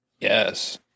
Yes